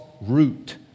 root